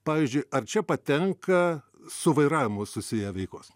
pavyzdžiui ar čia patenka su vairavimu susiję veikos